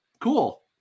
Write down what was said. cool